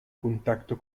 contacto